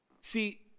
See